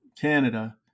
Canada